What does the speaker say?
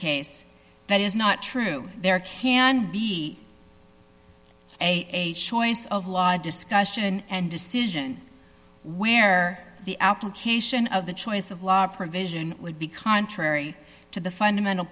case that is not true there can be a choice of law discussion and decision where the application of the choice of law provision would be contrary to the fundamental